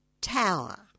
tower